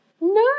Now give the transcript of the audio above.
No